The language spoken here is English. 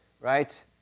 right